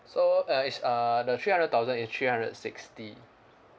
so uh it's uh the three hundred thousand is three hundred sixty